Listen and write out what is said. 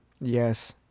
Yes